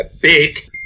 big